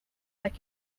like